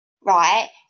Right